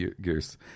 Goose